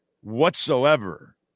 Whatsoever